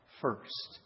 first